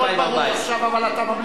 2014. הכול ברור עכשיו.